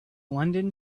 london